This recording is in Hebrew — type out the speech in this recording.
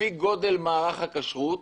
לפי גודל מערך הכשרות,